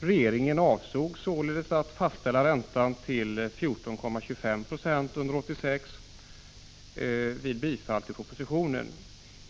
Regeringen avsåg således att fastställa räntan till 14,25 Jo under 1986 vid bifall till propositionen.